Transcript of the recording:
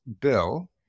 bill